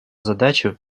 задачу